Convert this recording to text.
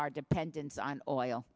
our dependence on oil